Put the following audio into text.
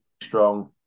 strong